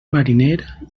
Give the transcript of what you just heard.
mariner